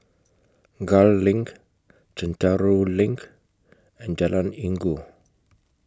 Gul LINK Chencharu LINK and Jalan Inggu